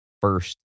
first